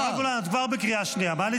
השרה גולן, את כבר בקריאה שנייה.